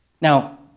Now